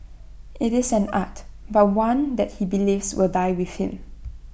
IT is an art but one that he believes will die with him